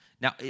Now